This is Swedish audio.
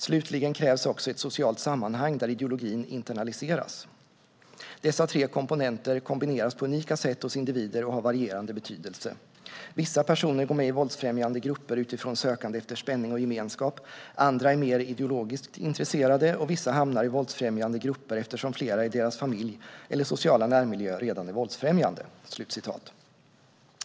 Slutligen krävs också ett socialt sammanhang där ideologin internaliseras. Dessa tre komponenter kombineras på unika sätt hos individer och har varierande betydelse. Vissa personer går med i våldsfrämjande grupper utifrån sökande efter spänning och gemenskap, andra är mer ideologiskt intresserade och vissa hamnar i våldsfrämjande grupper eftersom flera i deras familj eller sociala närmiljö redan är våldsfrämjande."